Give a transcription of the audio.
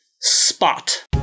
spot